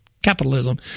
Capitalism